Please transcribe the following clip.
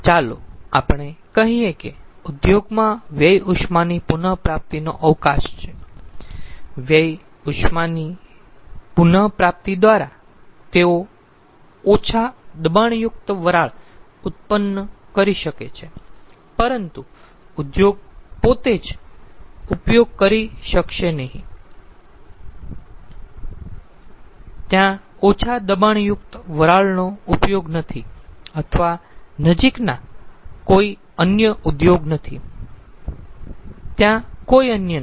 ચાલો આપણે કહીયે કે ઉદ્યોગમાં વ્યય ઉષ્મા ની પુન પ્રાપ્તિનો અવકાશ છે વ્યય ઉષ્મા ની પુન પ્રાપ્તિ દ્વારા તેઓ ઓછા દબાણયુક્ત વરાળ ઉત્પન્ન કરી શકે છે પરંતુ ઉદ્યોગ પોતે જ ઉપયોગ કરી શકશે નહીં ત્યાં ઓછા દબાણયુક્ત વરાળનો ઉપયોગ નથી અથવા નજીકના કોઈ અન્ય ઉદ્યોગો નથી ત્યાં કોઈ અન્ય નથી